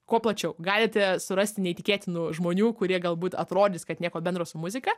kuo plačiau galite surasti neįtikėtinų žmonių kurie galbūt atrodys kad nieko bendro su muzika